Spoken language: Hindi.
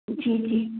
जी जी